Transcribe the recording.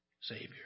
Savior